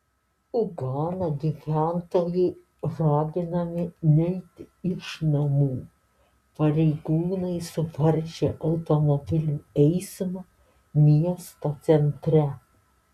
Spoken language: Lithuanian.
uhano gyventojai raginami neiti iš namų pareigūnai suvaržė automobilių eismą miesto centre